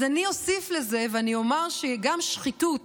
אז אני אוסיף לזה ואני אומר שגם שחיתות